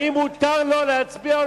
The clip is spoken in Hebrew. האם מותר לו להצביע?